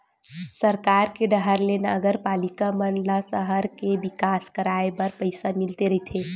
सरकार के डाहर ले नगरपालिका मन ल सहर के बिकास कराय बर पइसा मिलते रहिथे